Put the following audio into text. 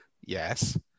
Yes